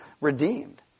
redeemed